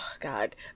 god